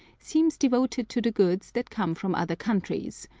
seems devoted to the goods that come from other countries,